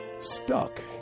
stuck